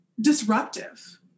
disruptive